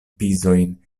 pizojn